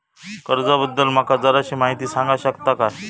कर्जा बद्दल माका जराशी माहिती सांगा शकता काय?